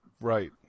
Right